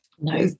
No